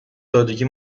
سادگی